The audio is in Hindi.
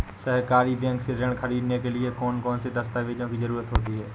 सहकारी बैंक से ऋण ख़रीदने के लिए कौन कौन से दस्तावेजों की ज़रुरत होती है?